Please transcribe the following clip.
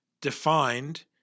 defined